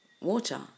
water